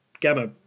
gamma